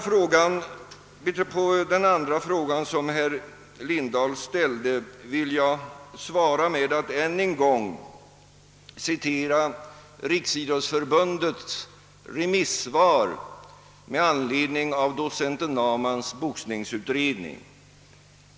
På den andra frågan som herr Lindahl ställde vill jag svara med att ännu en gång citera Riksidrottsförbundets remissvar med anledning av docent Naumanns <:boxningsutredning.